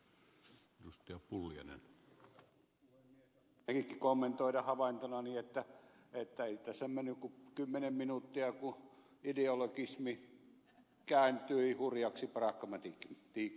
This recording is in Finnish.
haluaisin minäkin kommentoida havaintonani että ei tässä mennyt kuin kymmenen minuuttia kun ideologismi kääntyi hurjaksi pragmatis miksi